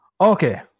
Okay